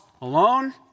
alone